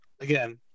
again